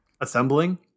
Assembling